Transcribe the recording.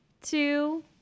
two